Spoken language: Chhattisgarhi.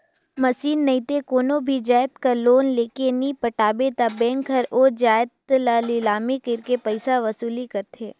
मसीन नइते कोनो भी जाएत बर लोन लेके नी पटाबे ता बेंक हर ओ जाएत ल लिलामी करके पइसा वसूली करथे